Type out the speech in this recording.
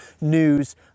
news